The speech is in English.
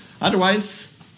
otherwise